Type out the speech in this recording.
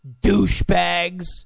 douchebags